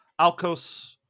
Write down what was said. Alcos